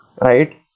Right